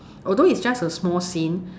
although it's just a small scene